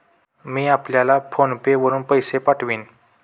मी आपल्याला PhonePe वरुन पैसे पाठवीन